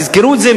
תזכרו את זה,